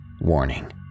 Warning